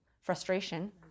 Frustration